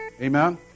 Amen